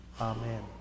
amen